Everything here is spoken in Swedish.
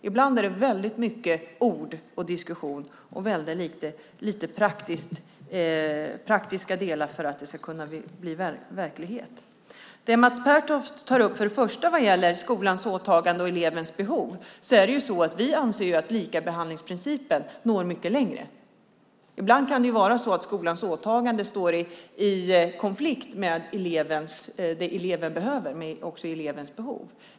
Ibland är det väldigt många ord och diskussioner och väldigt lite praktiskt arbete för att det ska kunna bli verklighet. Mats Pertoft tar upp skolans åtagande och elevens behov. Vi anser att likabehandlingsprincipen når mycket längre. Ibland kan skolans åtaganden stå i konflikt med elevens behov.